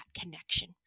connection